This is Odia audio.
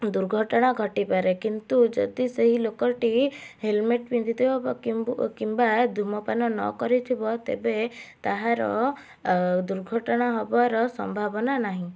ଦୁର୍ଘଟଣା ଘଟିପାରେ କିନ୍ତୁ ଯଦି ସେହି ଲୋକଟି ହେଲମେଟ୍ ପିନ୍ଧିଥିବ ବା କିମ୍ବା ଧୂମପାନ ନ କରିଥିବ ତେବେ ତାହାର ଦୁର୍ଘଟଣା ହବାର ସମ୍ଭାବନା ନାହିଁ